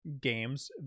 games